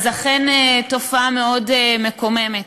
אכן זו תופעה מאוד מקוממת.